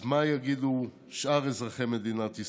אז מה יגידו שאר אזרחי מדינת ישראל?